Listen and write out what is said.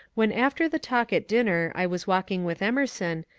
when after the talk at dinner i was walking with emerson,